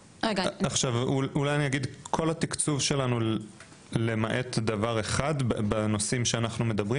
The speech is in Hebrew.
כל התקצוב שלנו למעט דבר אחד בנושאים שאנחנו מדברים